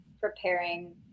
preparing